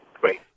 Great